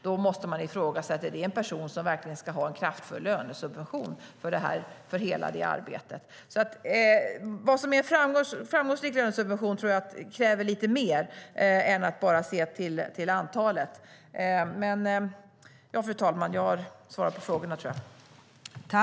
Då måste man ifrågasätta om det är en person som verkligen ska ha en kraftfull lönesubvention för arbetet. Vad som är en framgångsrik lönesubvention tror jag kräver lite mer än att bara se till antalet. Fru talman! Jag tror att jag har svarat på frågorna.